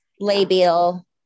Labial